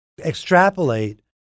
extrapolate